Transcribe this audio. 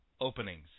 openings